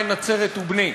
בן נצרת ובני".